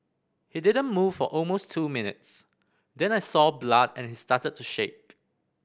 he didn't move for almost two minutes then I saw blood and he started to shake